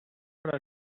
for